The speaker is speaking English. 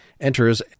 enters